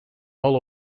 all